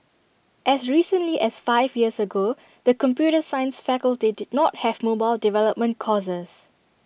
as recently as five years ago the computer science faculty did not have mobile development courses